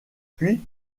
puis